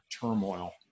turmoil